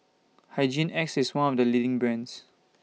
Hygin X IS one of The leading brands